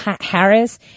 Harris